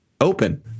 open